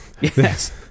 yes